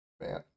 Man